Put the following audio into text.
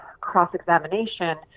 cross-examination